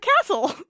castle